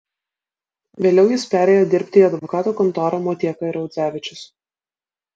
vėliau jis perėjo dirbti į advokatų kontorą motieka ir audzevičius